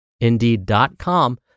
Indeed.com